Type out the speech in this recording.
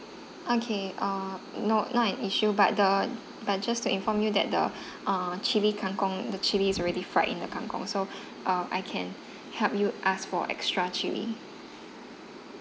okay uh no not an issue but the but just to inform you that the uh chili kang kong the chilli is already fried in the kang kong so uh I can help you ask for extra chili